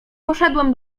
poszedłem